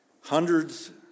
Hundreds